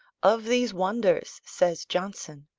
of these wonders, says johnson,